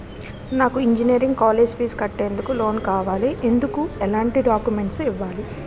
నాకు engineering college fees కట్టేందుకు loan కావాలి, ఎందుకు ఎలాంటి డాక్యుమెంట్స్ ఇవ్వాలి?